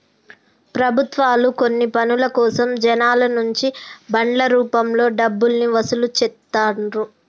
ప్రభుత్వాలు కొన్ని పనుల కోసం జనాల నుంచి బాండ్ల రూపంలో డబ్బుల్ని వసూలు చేత్తండ్రు